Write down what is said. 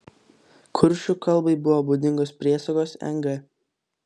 kuršių kalbai buvo būdingos priesagos ng